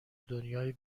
دنیایی